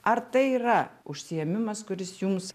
ar tai yra užsiėmimas kuris jums